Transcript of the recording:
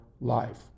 life